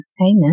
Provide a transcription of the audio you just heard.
Amen